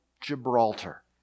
Gibraltar